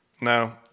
no